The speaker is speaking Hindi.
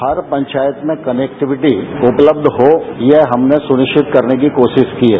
हर पंचायत में कनेक्टिविटी उपलब्ध हो यह हमने सुनिश्चित करने की कोशिश की है